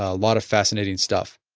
ah lot of fascinating stuff